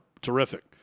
terrific